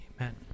Amen